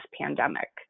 pandemic